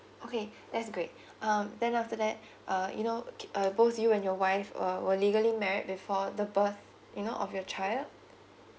okay that's great um then after that uh you know uh both you and your wife err were legally married before the birth you know of your child